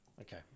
Okay